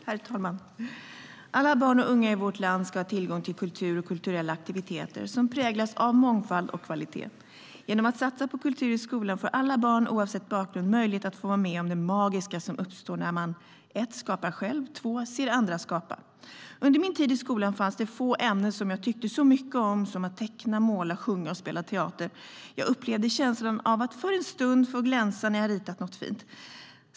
Herr talman! Alla barn och unga i vårt land ska ha tillgång till kultur och kulturella aktiviteter som präglas av mångfald och kvalitet. Genom att satsa på kultur i skolan får alla barn oavsett bakgrund möjlighet att vara med om det magiska som uppstår när man för det första skapar själv och för det andra ser andra skapa. Under min tid i skolan fanns det få ämnen som jag tyckte så mycket om som att teckna och måla, sjunga och spela teater. Jag upplevde känslan av att för en stund få glänsa när jag hade ritat något fint.